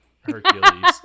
Hercules